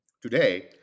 today